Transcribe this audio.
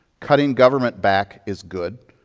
cutting government back is good.